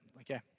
okay